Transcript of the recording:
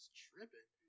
tripping